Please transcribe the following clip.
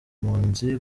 impunzi